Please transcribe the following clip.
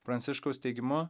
pranciškaus teigimu